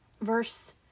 verse